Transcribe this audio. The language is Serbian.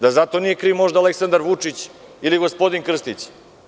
Da za to možda nije kriv Aleksandar Vučić ili gospodin Krstić?